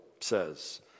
says